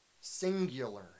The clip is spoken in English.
Singular